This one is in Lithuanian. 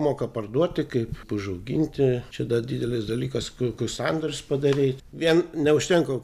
moka parduoti kaip užauginti čia didelis dalykas kokius sandorius padarei vien neužtenka